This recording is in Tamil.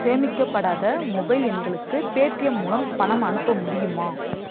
சேமிக்கப்படாத மொபைல் எண்களுக்கு பேடிஎம் மூலம் பணம் அனுப்ப முடியுமா